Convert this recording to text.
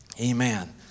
Amen